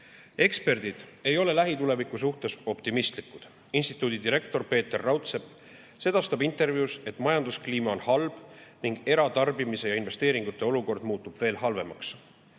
Eksperdid ei ole lähituleviku suhtes optimistlikud. [Konjunktuuri]instituudi direktor Peeter Raudsepp sedastab intervjuus, et majanduskliima on halb ning eratarbimise ja investeeringute olukord muutub veel halvemaks.